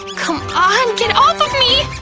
come on, get off of me!